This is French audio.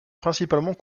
principalement